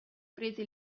prese